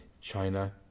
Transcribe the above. China